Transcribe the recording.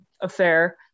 affair